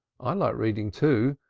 i like reading, too,